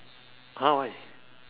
!huh! why